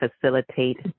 facilitate